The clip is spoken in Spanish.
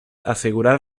asegurar